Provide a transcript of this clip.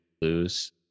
lose